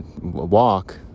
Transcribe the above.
Walk